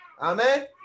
Amen